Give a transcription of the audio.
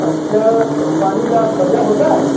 अच्छा तो रुपानी का बढ़िया होता है